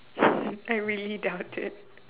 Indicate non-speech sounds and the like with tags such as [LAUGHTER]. [LAUGHS] I really doubt it